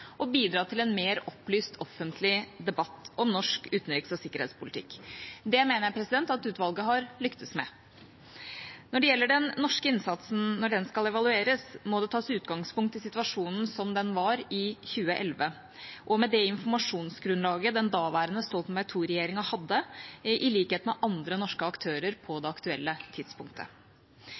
å bl.a. danne erfaringsgrunnlag for framtidige norske bidrag i internasjonale operasjoner og bidra til en mer opplyst offentlig debatt om norsk utenriks- og sikkerhetspolitikk. Det mener jeg at utvalget har lyktes med. Når den norske innsatsen skal evalueres, må det tas utgangspunkt i situasjonen som den var i 2011, og det informasjonsgrunnlaget den daværende Stoltenberg II-regjeringa, i likhet med andre norske aktører, hadde på det aktuelle tidspunktet.